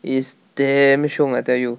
it's damn 凶 I tell you